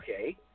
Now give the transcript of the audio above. okay